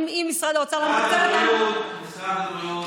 אם משרד האוצר לא מתקצב אותם, משרד הבריאות,